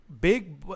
big